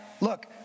look